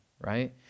Right